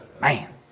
Man